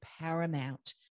paramount